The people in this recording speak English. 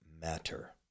matter